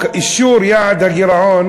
אישור יעד הגירעון,